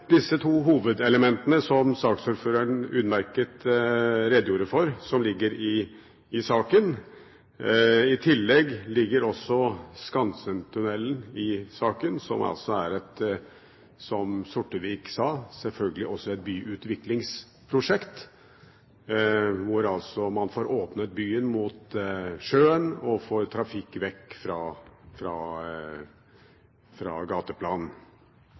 disse to hovedelementene, Bybanen og Ringvei vest, som saksordføreren utmerket redegjorde for, som ligger i saken. I tillegg ligger Skansentunnelen i saken, som altså selvfølgelig er et byutviklingsprosjekt, som Sortevik sa, hvor man får åpnet byen mot sjøen og får trafikk vekk fra gateplan.